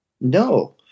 No